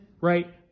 right